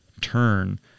turn